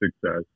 success